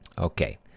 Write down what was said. Okay